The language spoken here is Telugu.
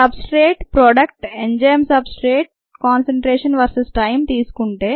substrate product enzyme substrate concentration versus time తీసుకుంటే